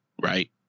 right